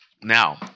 Now